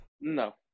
No